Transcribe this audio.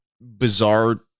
bizarre